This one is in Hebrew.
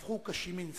הפכו קשות מנשוא